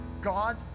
God